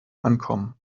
ankommen